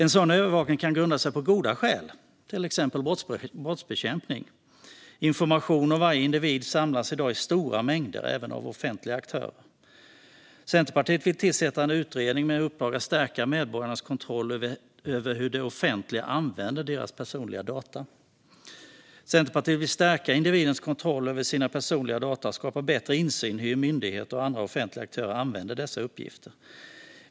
En sådan övervakning kan grunda sig på goda skäl, till exempel brottsbekämpning. Information om varje individ samlas i dag i stora mängder även av offentliga aktörer. Centerpartiet vill tillsätta en utredning med uppdrag att stärka medborgarnas kontroll över hur det offentliga använder deras personliga data. Centerpartiet vill stärka individens kontroll över sina personliga data och skapa bättre insyn i hur myndigheter och andra offentliga aktörer använder dessa uppgifter.